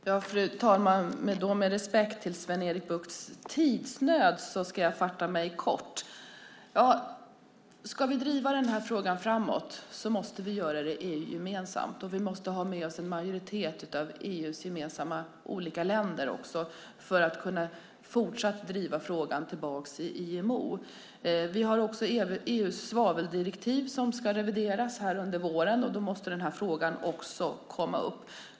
Fru talman! Med respekt för Sven-Erik Buchts tidsnöd ska jag fatta mig kort. Ska vi driva den här frågan framåt måste vi göra det i EU gemensamt, och vi måste ha med oss en majoritet av EU:s länder för att fortsatt kunna driva frågan i IMO. Vi har EU:s svaveldirektiv som ska revideras under våren, och då måste den här frågan komma upp.